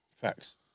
Facts